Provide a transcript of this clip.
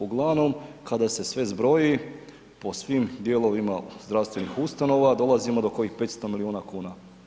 Uglavnom kada se sve zbroji po svim dijelovima zdravstvenih ustanova dolazimo do kojih 500 milijuna kuna.